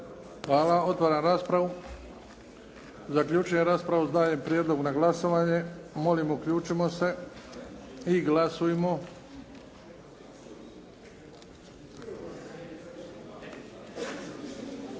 Hvala. Otvaram raspravu. Zaključujem raspravu. Dajem prijedlog na glasovanje. Molim, uključimo se. Glasujmo.